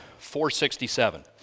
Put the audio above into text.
467